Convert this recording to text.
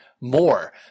more